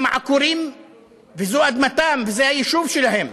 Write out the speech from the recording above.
הם עקורים וזו אדמתם וזה היישוב שלהם.